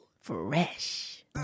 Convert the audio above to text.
fresh